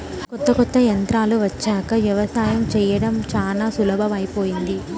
కొత్త కొత్త యంత్రాలు వచ్చాక యవసాయం చేయడం చానా సులభమైపొయ్యింది